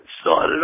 started